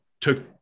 took